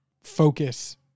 focus